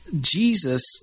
Jesus